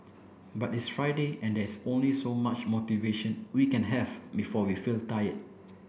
but it's Friday and there's only so much motivation we can have before we feel tired